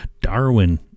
Darwin